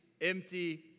empty